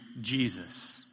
Jesus